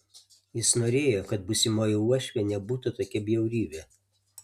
jis norėjo kad būsimoji uošvė nebūtų tokia bjaurybė